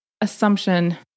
assumption